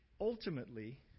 ultimately